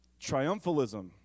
Triumphalism